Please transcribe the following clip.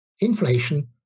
inflation